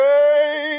Hey